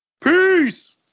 Peace